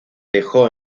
dejó